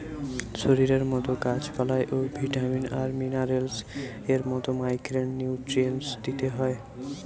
শরীরের মতো গাছ পালায় ও ভিটামিন আর মিনারেলস এর মতো মাইক্রো নিউট্রিয়েন্টস দিতে হয়